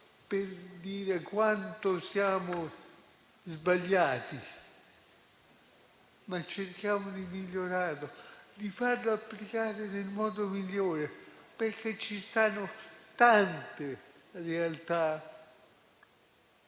per dire quanto siamo sbagliati, ma cerchiamo di migliorarlo, di farlo applicare nel modo migliore, perché ci sono molte realtà